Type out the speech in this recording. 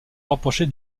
rapprocher